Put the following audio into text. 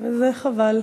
וזה חבל.